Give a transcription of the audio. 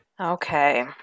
Okay